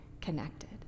connected